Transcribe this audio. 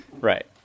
Right